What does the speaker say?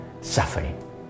suffering